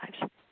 lives